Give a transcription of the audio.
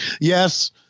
Yes